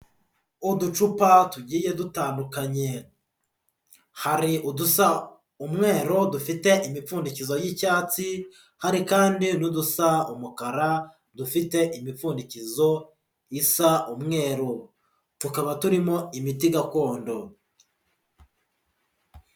Uducupa tugiye dutandukanye hari udusa umweru dufite imipfundikizo y'icyatsi, hari kandi n'udusa umukara dufite imipfundikizo isa umweru tukaba turimo imiti gakondo.